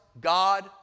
God